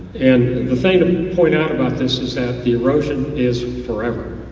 and point out about this is that the erosion is forever.